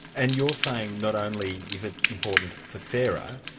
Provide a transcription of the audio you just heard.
and you're saying not only is it important for sara,